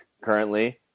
currently